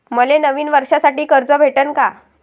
मले नवीन वर्षासाठी कर्ज भेटन का?